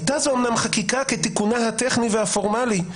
הייתה זו אומנם חקיקה כתיקונה הטכני והפורמלי,